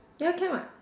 ya can [what]